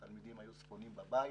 התלמידים היו ספונים בבית